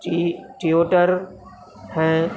چی ٹیوٹر ہیں